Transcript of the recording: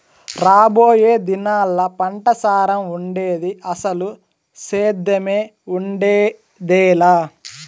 రాబోయే దినాల్లా పంటసారం ఉండేది, అసలు సేద్దెమే ఉండేదెలా